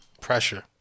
Pressure